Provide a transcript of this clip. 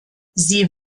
sie